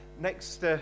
next